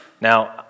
Now